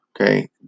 okay